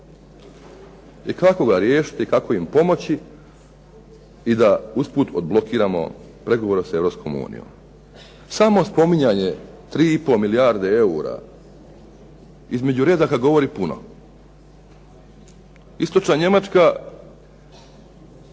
I kako ga riješiti i kako im pomoći i da usput odblokiramo pregovore sa Europskom unijom. Samo spominjanje 3,5 milijarde eura između redaka govori puno. Istočna Njemačka